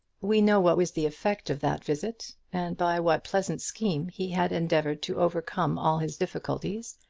we know what was the effect of that visit, and by what pleasant scheme he had endeavoured to overcome all his difficulties,